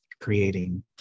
creating